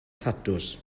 thatws